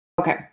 okay